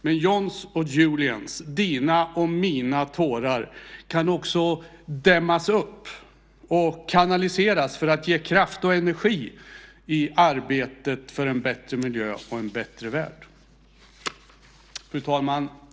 Men Johns och Julians, dina och mina tårar kan också dämmas upp och kanaliseras för att ge kraft och energi i arbetet för en bättre miljö och en bättre värld. Fru talman!